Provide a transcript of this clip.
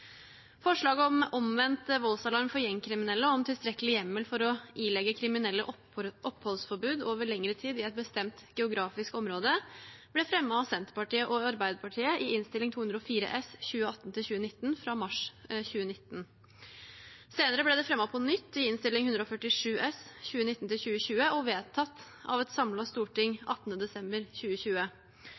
Forslaget om omvendt voldsalarm for gjengkriminelle og om tilstrekkelig hjemmel for å ilegge kriminelle oppholdsforbud over lengre tid i et bestemt geografisk område ble fremmet av Senterpartiet og Arbeiderpartiet i Innst. 204 S for 2018–2019, fra mars 2019. Senere ble det fremmet på nytt til Innst. 147 S for 2019–2020 og vedtatt av et samlet storting 18. desember 2020.